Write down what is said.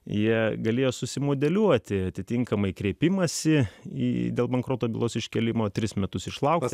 jie galėjo susimodeliuoti atitinkamai kreipimąsi į dėl bankroto bylos iškėlimo tris metus išlaukus